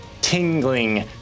tingling